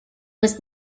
was